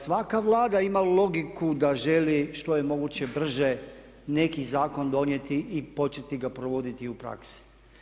Svaka Vlada ima logiku da želi što je moguće brže neki zakon donijeti i početi ga provoditi u praksi.